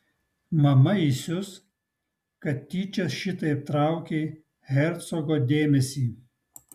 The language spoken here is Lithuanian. mama įsius kad tyčia šitaip traukei hercogo dėmesį